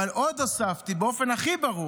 אבל עוד הוספתי, באופן הכי ברור,